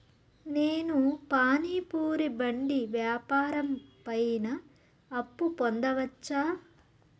నేను పానీ పూరి బండి వ్యాపారం పైన అప్పు పొందవచ్చా?